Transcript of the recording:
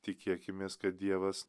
tikėkimės kad dievas